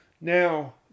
Now